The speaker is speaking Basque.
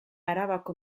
arabako